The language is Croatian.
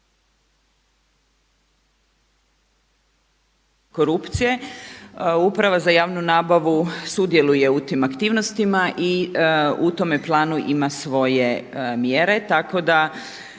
korupcije. Uprava za javnu nabavu sudjeluje u tim aktivnostima i u tome planu ima svoje mjere